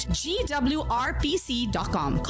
gwrpc.com